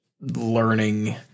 learning